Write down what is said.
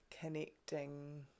connecting